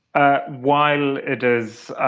ah while it is